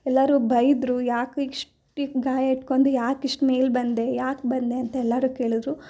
ಎಲ್ಲರೂ ಬೈದರು ಯಾಕೆ ಇಷ್ಟು ಗಾಯ ಇಟ್ಕೊಂಡು ಯಾಕೆ ಇಷ್ಟು ಮೇಲೆ ಬಂದೆ ಯಾಕೆ ಬಂದೆ ಅಂತ ಎಲ್ಲರೂ ಕೇಳಿದ್ರು